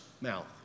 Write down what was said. mouth